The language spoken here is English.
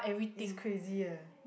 is crazy eh